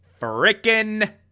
frickin